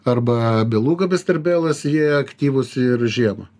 arba beluga besterbelas jie aktyvūs ir žiemą